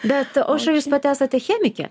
bet aušra jūs pati esate chemikė